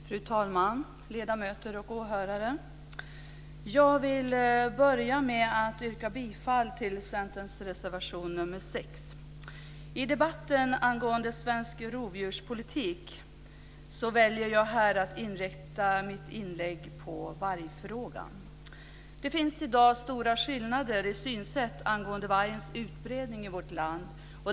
Fru talman, ledamöter och åhörare! Jag vill börja med att yrka bifall till Centerns reservation nr 6. I debatten angående svensk rovdjurspolitik väljer jag att inrikta mitt inlägg på vargfrågan. Det finns i dag stora skillnader i synsätt angående vargens utbredning i vårt land.